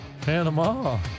Panama